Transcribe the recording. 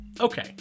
Okay